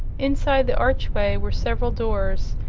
inside the archway were several doors,